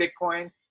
Bitcoin